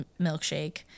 Milkshake